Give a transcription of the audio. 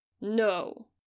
No